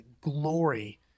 glory